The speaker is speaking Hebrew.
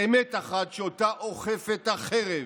ואמת אחת שאותן אוכפת החרב.